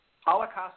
holocaust